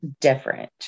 different